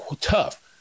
tough